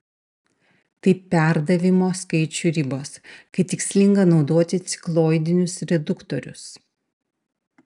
tai perdavimo skaičių ribos kai tikslinga naudoti cikloidinius reduktorius